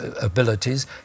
abilities